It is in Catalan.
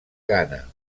ghana